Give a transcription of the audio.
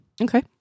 Okay